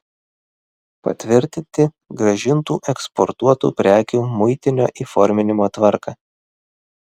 patvirtinti grąžintų eksportuotų prekių muitinio įforminimo tvarką